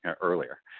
earlier